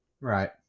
Right